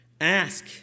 Ask